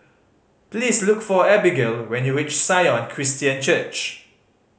please look for Abagail when you reach Sion Christian Church